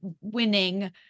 winning